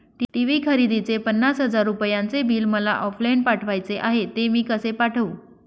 TV खरेदीचे पन्नास हजार रुपयांचे बिल मला ऑफलाईन पाठवायचे आहे, ते मी कसे पाठवू?